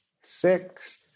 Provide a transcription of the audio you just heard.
six